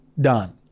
done